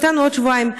נתנו עוד שבועיים.